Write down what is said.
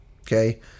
okay